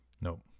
no